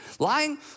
Lying